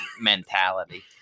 mentality